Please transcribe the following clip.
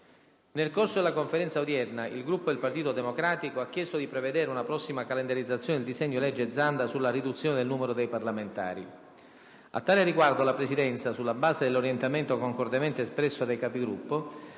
Nel corso della Conferenza odierna, il Gruppo del Partito Democratico ha chiesto di prevedere una prossima calendarizzazione del disegno di legge Zanda sulla riduzione del numero dei parlamentari. A tale riguardo, la Presidenza, sulla base dell'orientamento concordemente espresso dai Capigruppo,